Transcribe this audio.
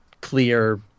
clear